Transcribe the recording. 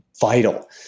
vital